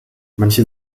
manche